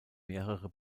mehrere